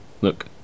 Look